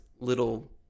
little